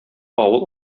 авыл